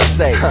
say